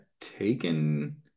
taken